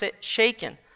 shaken